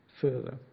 further